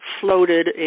floated